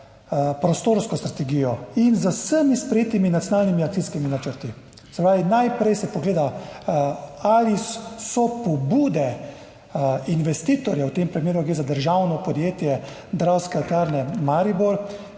prostorsko strategijo in z vsemi sprejetimi nacionalnimi akcijskimi načrti. Se pravi, najprej se pogleda, ali so pobude investitorja, v tem primeru gre za državno podjetje Dravske elektrarne Maribor,